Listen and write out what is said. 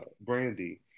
Brandy